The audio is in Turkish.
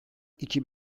iki